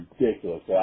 ridiculous